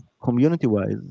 community-wise